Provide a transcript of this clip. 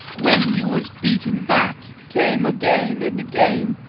when he was beaten back, came again, and again,